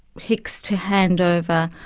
hicks to hand over,